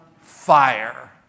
fire